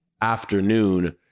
afternoon